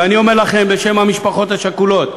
ואני אומר לכם, בשם המשפחות השכולות,